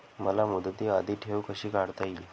मला मुदती आधी ठेव कशी काढता येईल?